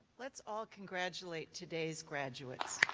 let's all congratulate today's graduates.